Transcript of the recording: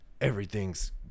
Everything's